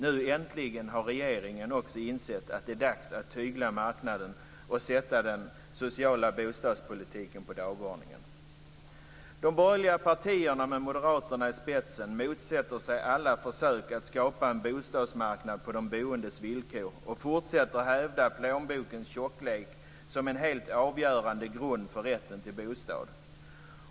Nu äntligen har regeringen insett att det är dags att tygla marknaden och sätta den sociala bostadspolitiken på dagordningen. De borgerliga partierna med Moderaterna i spetsen motsätter sig alla försök att skapa en bostadsmarknad på de boendes villkor och fortsätter att hävda plånbokens tjocklek som en helt avgörande grund för rätten till bostad.